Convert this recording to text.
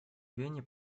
вене